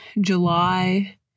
July